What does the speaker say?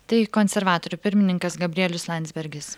tai konservatorių pirmininkas gabrielius landsbergis